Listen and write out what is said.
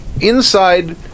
inside